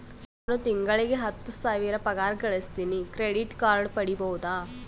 ನಾನು ತಿಂಗಳಿಗೆ ಹತ್ತು ಸಾವಿರ ಪಗಾರ ಗಳಸತಿನಿ ಕ್ರೆಡಿಟ್ ಕಾರ್ಡ್ ಪಡಿಬಹುದಾ?